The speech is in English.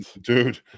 Dude